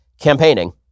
campaigning